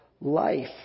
Life